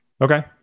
Okay